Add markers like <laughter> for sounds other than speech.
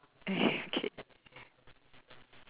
<laughs> K